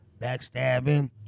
backstabbing